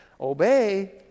obey